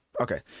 Okay